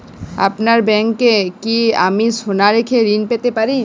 আপনার ব্যাংকে কি আমি সোনা রেখে ঋণ পেতে পারি?